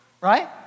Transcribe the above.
right